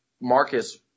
Marcus